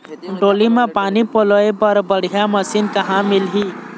डोली म पानी पलोए बर बढ़िया मशीन कहां मिलही?